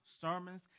sermons